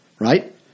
right